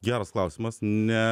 geras klausimas ne